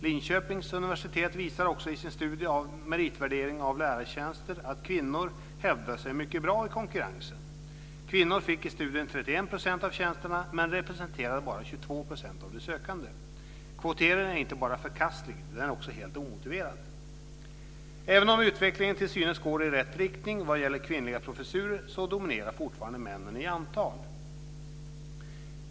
Linköpings universitet visar också i sin studie i meritvärdering av lärartjänster att kvinnor hävdar sig mycket bra i konkurrensen. Kvinnor fick i studien 31 % av tjänsterna men representerade bara 22 % av de sökande. Kvotering är inte bara förkastlig utan också helt omotiverad. Även om utvecklingen till synes går i rätt riktning vad gäller kvinnliga professurer dominerar fortfarande männen i antal.